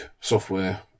software